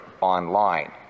online